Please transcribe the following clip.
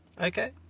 Okay